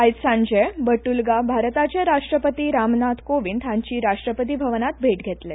आयज सांजे बट्रलगा भारताचे राष्ट्रपती रामनाथ कोविंद हांची राष्ट्रपती भवनांत भेट घेतले